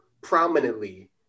prominently